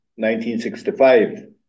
1965